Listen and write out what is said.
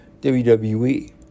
WWE